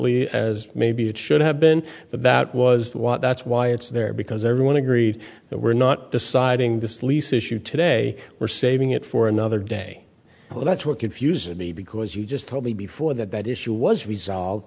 articulately as maybe it should have been but that was what that's why it's there because everyone agreed that we're not deciding this lease issue today we're saving it for another day well that's what confused me because you just told me before that that issue was resolved